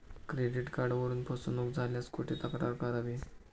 Credit कार्डवरून फसवणूक झाल्यास कुठे तक्रार करावी?